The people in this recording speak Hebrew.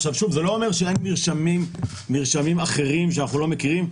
זה לא אומר שאין מרשמים אחרים שאנחנו לא מכירים.